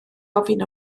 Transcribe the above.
ofyn